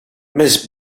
miss